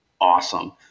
awesome